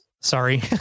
Sorry